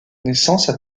naissance